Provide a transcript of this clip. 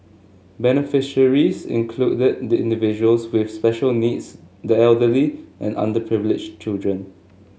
beneficiaries included the individuals with special needs the elderly and underprivileged children